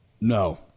No